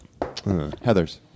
Heathers